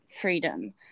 freedom